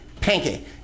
Pinky